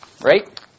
right